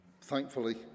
Thankfully